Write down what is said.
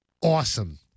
Awesome